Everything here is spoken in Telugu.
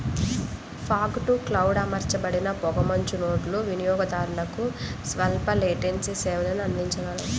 ఫాగ్ టు క్లౌడ్ అమర్చబడిన పొగమంచు నోడ్లు వినియోగదారులకు స్వల్ప లేటెన్సీ సేవలను అందించగలవు